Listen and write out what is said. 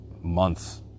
months